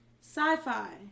Sci-fi